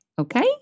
okay